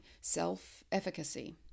self-efficacy